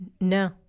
No